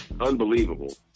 Unbelievable